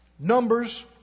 Numbers